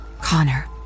Connor